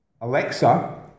Alexa